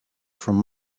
from